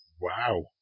Wow